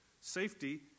Safety